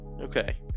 Okay